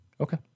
Okay